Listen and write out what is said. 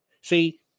See